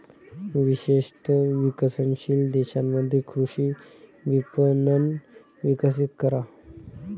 विशेषत विकसनशील देशांमध्ये कृषी विपणन विकसित करा